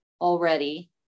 already